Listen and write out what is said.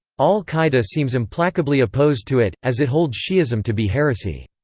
al-qaeda seems implacably opposed to it, as it holds shi'ism to be heresy.